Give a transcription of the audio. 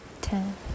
ten